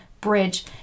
bridge